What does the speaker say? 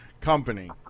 company